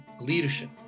leadership